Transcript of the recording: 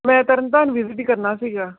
ਮੈਂ ਤਰਨਤਾਰਨ ਵਿਜਿਟ ਕਰਨਾ ਸੀਗਾ